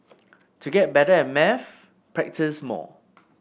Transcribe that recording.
to get better at maths practise more